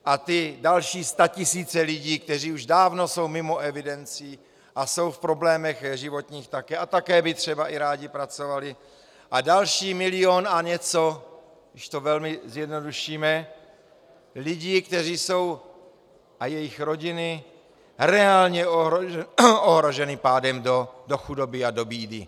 A ty další statisíce lidí, kteří už dávno jsou mimo evidenci a jsou v problémech životních a také by třeba i rádi pracovali a další milion a něco, když to velmi zjednodušíme, lidí, kteří jsou, a jejich rodiny, reálně ohroženi pádem do chudoby a do bídy.